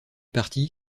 parti